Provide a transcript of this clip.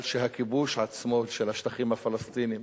משום שהכיבוש עצמו, של השטחים הפלסטיניים,